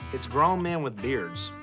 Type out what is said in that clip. it's grown men with beards.